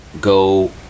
go